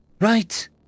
Right